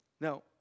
Now